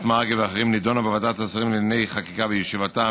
מרגי ואחרים נדונה בוועדת השרים לענייני חקיקה בישיבתה